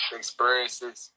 experiences